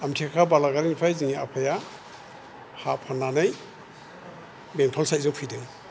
आमथेका बालागारिनिफ्राय जोंनि आफाया हा फाननानै बेंटल साइथजों फैदों